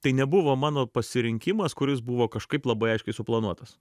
tai nebuvo mano pasirinkimas kuris buvo kažkaip labai aiškiai suplanuotas